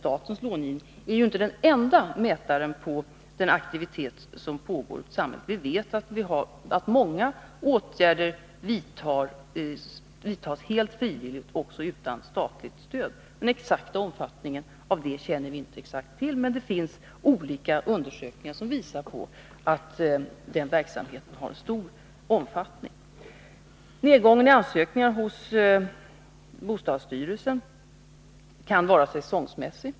Statens långivning är ju inte den enda mätaren på den aktivitet som pågår i samhället. Vi vet att många åtgärder vidtas helt frivilligt och utan statligt stöd. Den exakta omfattningen av dessa åtgärder känner vi inte till, men det finns olika undersökningar som visar att verksamheten har stor omfattning. Nedgången i antalet ansökningar hos bostadsstyrelsen kan vara säsongmässig.